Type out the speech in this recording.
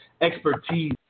expertise